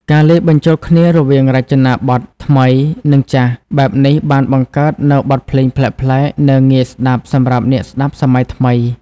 ការលាយបញ្ចូលគ្នារវាងរចនាប័ទ្មថ្មីនិងចាស់បែបនេះបានបង្កើតនូវបទភ្លេងប្លែកៗនិងងាយស្ដាប់សម្រាប់អ្នកស្ដាប់សម័យថ្មី។